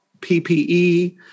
PPE